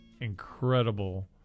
incredible